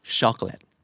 chocolate